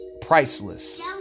priceless